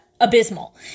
abysmal